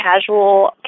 casual